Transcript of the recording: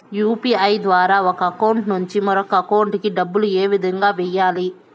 UPI ద్వారా ఒక account నుంచి మరొక అకౌంట్ కి డబ్బులు ఏ విధంగా వెయ్యాలి